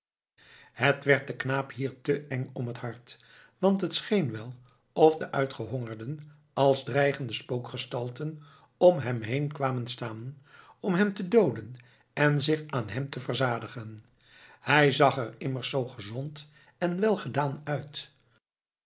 het werd den knaap hier te eng om het hart want het scheen wel of de uitgehongerden als dreigende spookgestalten om hem heen kwamen staan om hem te dooden en zich aan hem te verzadigen hij zag er immers zoo gezond en welgedaan uit